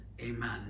amen